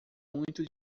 muito